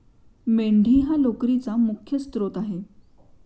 मेंढी हा लोकरीचा मुख्य स्त्रोत आहे